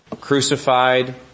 crucified